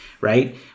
right